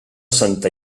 santa